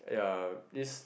yeah